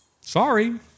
Sorry